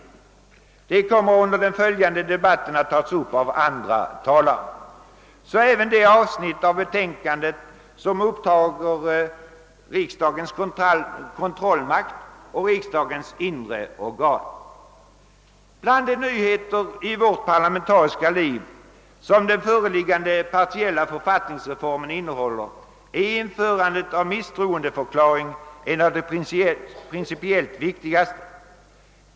Dessa delar kommer under den följande debatten att tas upp av andra talare. Det gäller även de avsnitt av betänkandet som upptar riksdagens kontrollmakt och riksdagens inre organ. Bland de nyheter i vårt parlamentariska liv som den föreliggande partielia författningsreformen innehåller är införandet av misstroendeförklaring en av de principiellt viktigaste.